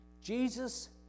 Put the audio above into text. Jesus